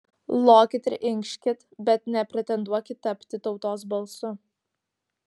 lokit ir inkškit bet nepretenduokit tapti tautos balsu